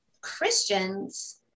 Christians